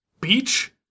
beach